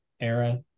era